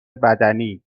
بدنی